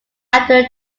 outdoor